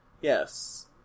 yes